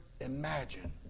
imagine